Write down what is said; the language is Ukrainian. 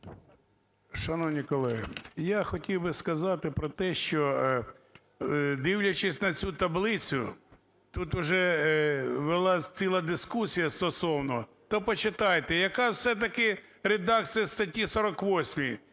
Шановні колеги, я хотів би сказати про те, що, дивлячись на цю таблицю, тут уже велась ціла дискусія стосовно, то почитайте, яка все-таки редакція статті 48.